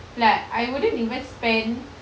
like I wouldn't even spend